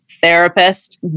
therapist